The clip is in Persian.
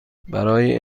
برای